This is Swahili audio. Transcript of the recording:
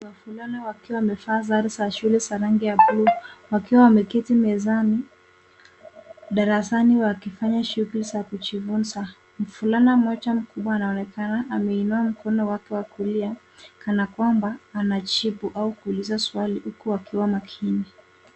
Wavulana wakiwa wamevaa sare za shule za rangi za blue wakiwa wameketi mezani, darasani wakifanya shughuli za kujifunza. Mvulana mmoja makubwa anaoneka ameinua mkono wake wa kulia kana kwamba anajibu au kuuliza swali huku akiwa makini.